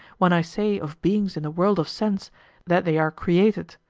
when i say of beings in the world of sense that they are created,